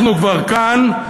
אנחנו כבר כאן,